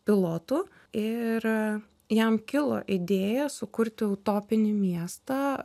pilotu ir jam kilo idėja sukurti utopinį miestą